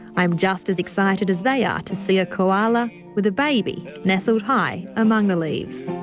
i'm just as excited as they are to see a koala with a baby nestled high among the leaves.